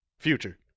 future